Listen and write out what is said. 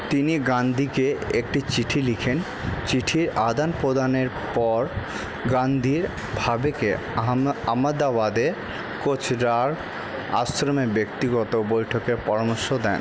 তিনি গান্ধিকে একটি চিঠি লেখেন চিঠির আদান প্রদানের পর গান্ধি ভাভেকে আহমেদাবাদে কোচরাব আশ্রমে ব্যক্তিগত বৈঠকের পরামর্শ দেন